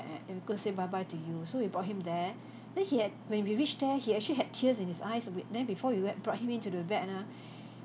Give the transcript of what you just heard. and and we're going to say bye bye to you so we brought him there then he had when we reached there he actually had tears in his eyes a bit then before we went brought him into the vet ah